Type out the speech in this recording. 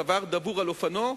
דבר דבור על אופניו.